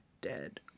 dead